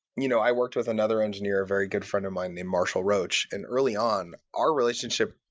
you know i worked with another engineer, a very good friend of mine named marshall roach. and early on, our relationship,